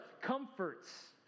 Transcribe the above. comforts